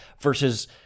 versus